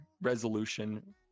resolution